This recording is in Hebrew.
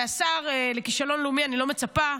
מהשר לכישלון לאומי אני לא מצפה,